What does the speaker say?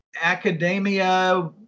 academia